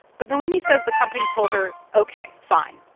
but nalini says the company told her, ok, fine.